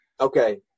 Okay